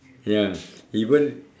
ya even